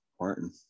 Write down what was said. Martin